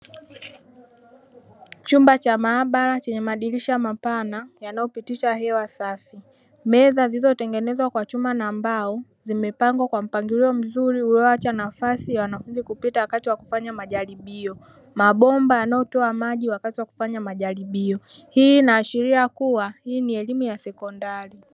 Chumba cha mahabara chenye madirisha mapana yanayo pitisha hewa safi, meza zilizo tengenezwa kwa chuma na mbao zimepangwa kwa mpangilio mzuri ulioacha nafasi za wanafunzi kupita wakati wa kufanya majaribio. Mabomba yanayotoa maji wakati wa kufanya majaribio, hii inaashiria kua hii ni elimu ya sekondari.